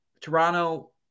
Toronto